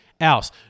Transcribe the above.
else